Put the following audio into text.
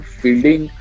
fielding